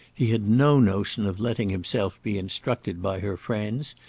he had no notion of letting himself be instructed by her friends,